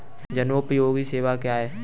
जनोपयोगी सेवाएँ क्या हैं?